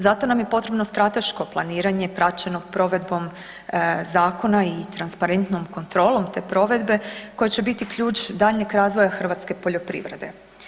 Zato nam je potrebno strateško planiranje praćeno provedbom zakona i transparentnom kontrolom te provedbe koje će biti ključ daljnjeg razvoja hrvatske poljoprivrede.